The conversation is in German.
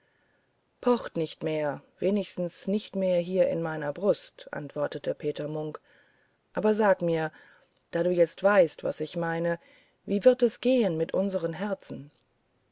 pocht nicht mehr wenigstens nicht hier in meiner brust antwortete peter munk aber sag mir da du jetzt weißt was ich meine wie wird es gehen mit unseren herzen